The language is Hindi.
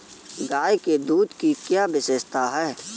गाय के दूध की क्या विशेषता है?